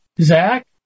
zach